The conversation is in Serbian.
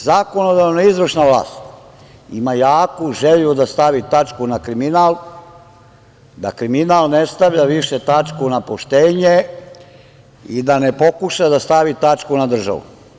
Zakonodavna i izvršna vlast ima jaku želju da stavi tačku na kriminal, da kriminal ne stavlja više tačku na poštenje i da ne pokuša da stavi tačku na državu.